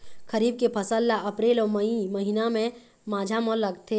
खरीफ के फसल ला अप्रैल अऊ मई महीना के माझा म लगाथे